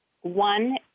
one